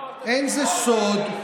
זה לא סוד,